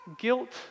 guilt